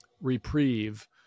reprieve